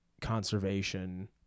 conservation